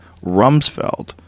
Rumsfeld